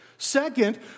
Second